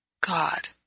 God